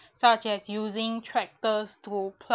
such as using tractors to